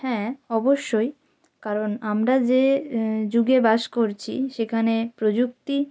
হ্যাঁ অবশ্যই কারণ আমরা যে যুগে বাস করছি সেখানে প্রযুক্তি